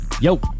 yo